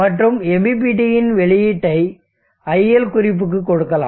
மற்றும் MPPT இன் வெளியீட்டை iL குறிப்புக்குக் கொடுக்கலாம்